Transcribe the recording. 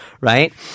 right